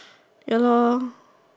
ya lor